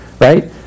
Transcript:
Right